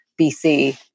BC